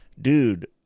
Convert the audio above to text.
dude